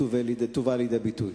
תובא לידי ביטוי.